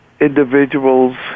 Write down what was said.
individuals